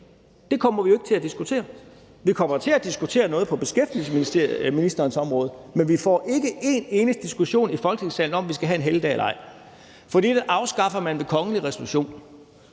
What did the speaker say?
Det kommer vi jo ikke til at diskutere. Vi kommer til at diskutere noget på beskæftigelsesministerens område, men vi får ikke en eneste diskussion i Folketingssalen om, om vi skal have en helligdag eller ej, for den afskaffer man ved kongelig resolution.